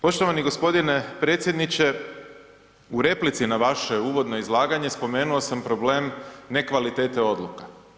Poštovani g. predsjedniče u replici na vaše uvodno izlaganje spomenuo sam problem nekvalitete odluka.